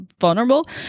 vulnerable